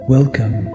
Welcome